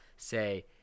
say